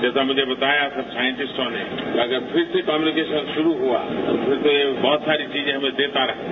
जैसा मुझे बताया सब साइंटिस्टों ने अगर फिर से कम्युनिकेशन शुरू हुआ फिर तो यह बहुत सारी हमें चीजें देता रहेगा